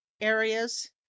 areas